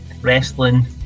wrestling